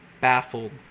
baffled